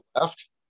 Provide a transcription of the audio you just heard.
Left